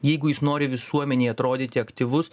jeigu jis nori visuomenėj atrodyti aktyvus